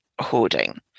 hoarding